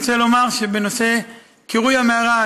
בנושא קירוי המערה,